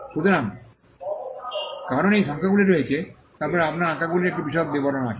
সুতরাং কারণ এই সংখ্যাগুলি রয়েছে তারপরে আপনার আঁকাগুলির একটি বিশদ বিবরণ আছে